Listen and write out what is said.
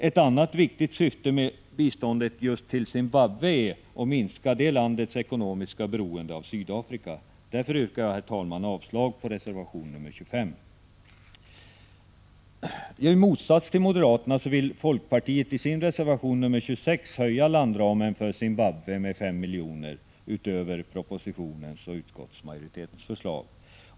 Ett annat viktigt syfte med biståndet just till Zimbabwe är att minska det landets ekonomiska beroende av Sydafrika. Därför, herr talman, yrkar jag avslag på reservation nr 25. I motsats till moderaterna vill folkpartiet i sin reservation nr 26 höja landramen för Zimbabwe med fem miljoner utöver propositionens och utskottsmajoritetens förslag.